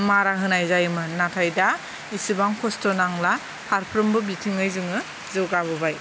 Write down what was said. मारा होनाय जायोमोन नाथाय दा एसेबां खस्थ' नांला फारफ्रोमबो बिथिङै जोङो जौगाबोबाय